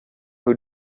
who